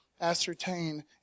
ascertain